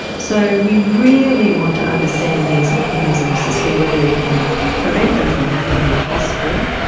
so we really want to understand these mechanisms to see whether we can prevent them from happening if possible,